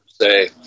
say